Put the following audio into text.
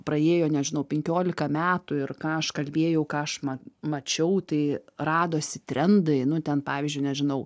praėjo nežinau penkiolika metų ir ką aš kalbėjau ką aš ma mačiau tai radosi trendai nu ten pavyzdžiui nežinau